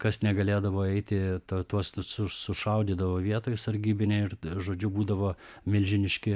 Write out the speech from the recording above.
kas negalėdavo eiti tuo tuos su sušaudydavo vietoj sargybiniai ir žodžiu būdavo milžiniški